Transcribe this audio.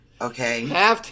Okay